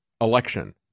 election